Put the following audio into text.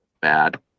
bad